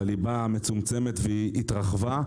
אבל היא באה מצומצמת והיא התרחבה,